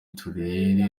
turere